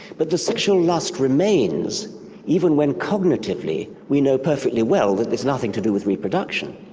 but the sexual lust remains even when cognitively we know perfectly well that it's nothing to do with reproduction.